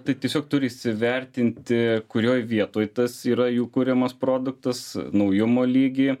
tai tiesiog turi įsivertinti kurioj vietoj tas yra jų kuriamas produktas naujumo lygį